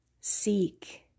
Seek